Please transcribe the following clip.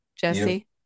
jesse